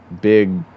big